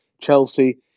Chelsea